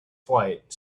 flight